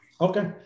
Okay